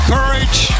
Courage